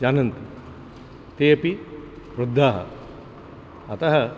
जानन्ति ते अपि वृद्धाः अतः